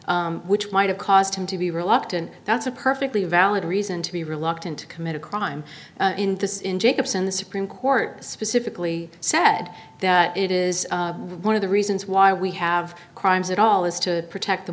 which might have caused him to be reluctant that's a perfectly valid reason to be reluctant to commit a crime in this in jacobson the supreme court specifically said that it is one of the reasons why we have crimes at all is to protect the